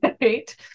right